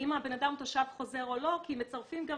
ואם הבן אדם תושב חוזר או לא כי מצרפים גם